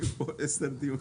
היינו קרובים